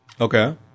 Okay